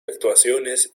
actuaciones